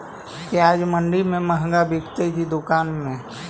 प्याज मंडि में मँहगा बिकते कि दुकान में?